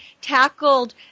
tackled